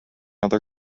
other